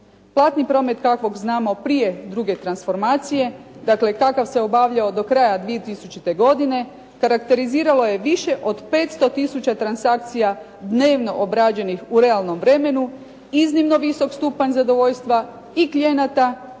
Platni promet kakvog znamo prije druge transformacije, dakle kakav se obavljao do kraja 2000. godine karakteriziralo je više od 500 tisuća transakcija dnevno obrađenih u realnom vremenu, iznimno visok stupanj zadovoljstva i klijenata